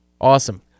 Awesome